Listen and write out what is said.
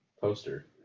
poster